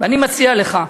ואני מציע לך,